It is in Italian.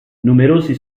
numerosi